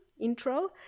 intro